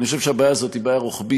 אני חושב שהבעיה הזאת היא בעיה רוחבית,